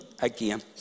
again